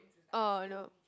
ah you know